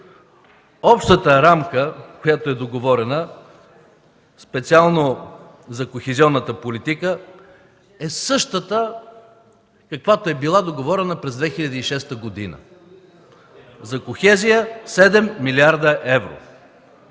общата рамка, която е договорена, специално за кохезионната политика, е същата каквато е била договорена през 2006 г. За кохезия – 7 млрд. евро.